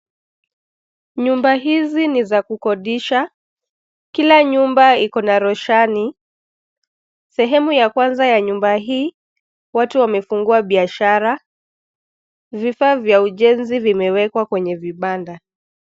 Nyumba hizi ni za kukodisha. Kila nyumba iko na roshani. Sehemu ya kwanza ya nyumba hii, watu wamefungua biashara. Vifaa vya ujenzi vimewekwa kwenye vibanda.